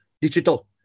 digital